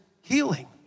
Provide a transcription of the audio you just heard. healing